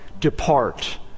depart